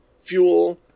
fuel